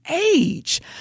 age